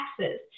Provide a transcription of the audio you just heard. taxes